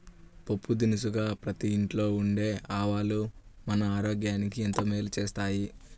పోపు దినుసుగా ప్రతి ఇంట్లో ఉండే ఆవాలు మన ఆరోగ్యానికి ఎంతో మేలు చేస్తాయి